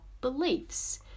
beliefs